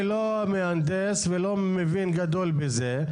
אני לא מהנדס ולא מבין גדול בזה.